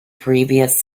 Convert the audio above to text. previous